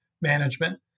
management